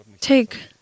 take